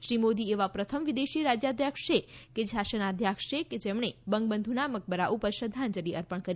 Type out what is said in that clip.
શ્રી મોદી એવા પ્રથમ વિદેશી રાજ્યાઅધ્યક્ષ કે શાસનાઅધ્યક્ષ છે કે જેમણે બંગબંધુના મકબરા ઉપર શ્રદ્ધાંજલી અર્પણ કરી